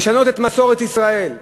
לשנות את מסורת ישראל,